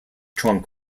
trunk